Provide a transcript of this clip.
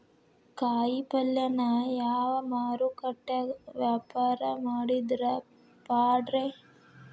ಕಾಯಿಪಲ್ಯನ ಯಾವ ಮಾರುಕಟ್ಯಾಗ ವ್ಯಾಪಾರ ಮಾಡಿದ್ರ ಪಾಡ್ರೇ?